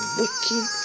wicked